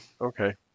okay